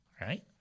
right